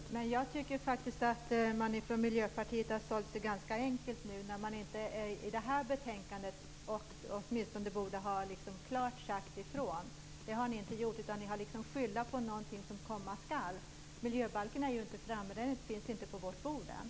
Herr talman! Jag tycker faktiskt att ni från Miljöpartiet har sålt er ganska enkelt när ni i det här betänkandet inte ens klart har sagt ifrån utan i stället har hänvisat till något som skall komma. Miljöbalken finns ju ännu inte på vårt bord.